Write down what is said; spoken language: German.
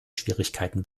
schwierigkeiten